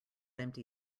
empty